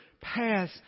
pass